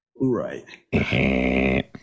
Right